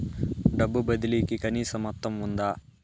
డబ్బు బదిలీ కి కనీస మొత్తం ఉందా?